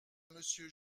monsieur